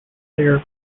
player